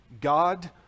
God